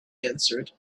answered